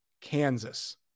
Kansas